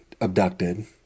abducted